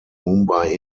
mumbai